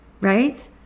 right